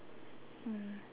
um